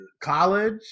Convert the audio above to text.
college